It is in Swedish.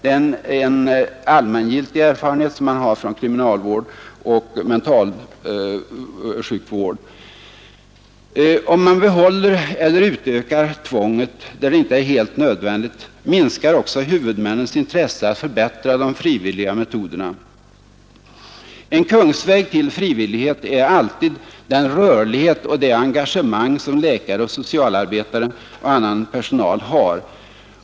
Det är en allmängiltig erfarenhet som man har från kriminalvård och mentalvård. Om man behåller eller utökar tvånget, där det inte är helt nödvändigt, minskar också huvudmännens intresse att förbättra de frivilliga metoderna. En kungsväg till frivillighet är alltid den rörlighet och det engagemang som läkare och socialarbetare och annan personal har.